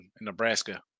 Nebraska